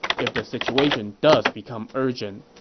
if the situation does become urgent,